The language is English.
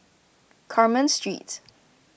Carmen Street